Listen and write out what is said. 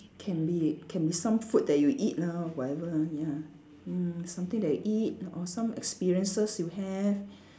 can be can be some food that you eat lah whatever lah ya mm something that you eat or some experiences you have